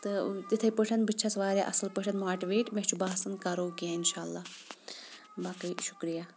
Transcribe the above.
تہٕ تِتھٕے پٲٹھۍ بہٕ چھٮ۪س واریاہ اَصٕل پٲٹھۍ ماٹویٹ مےٚ چھُ باسان کَرو کینٛہہ اِنشاءاللہ باقٕے شُکریہ